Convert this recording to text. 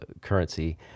currency